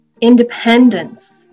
independence